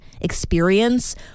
experience